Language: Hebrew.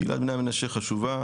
קהילת בני המנשה חשובה,